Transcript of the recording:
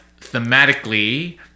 thematically